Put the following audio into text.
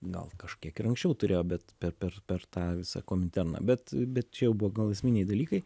gal kažkiek ir anksčiau turėjo bet per per per tą visą kominterną bet bet čia jau buvo gal esminiai dalykai